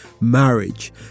marriage